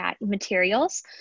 materials